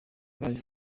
gary